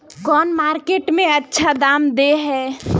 कौन मार्केट में अच्छा दाम दे है?